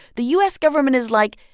the u s. government is like,